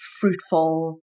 fruitful